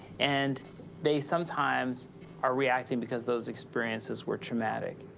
and they sometimes are reacting because those experiences were traumatic.